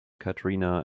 katrina